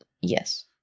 Yes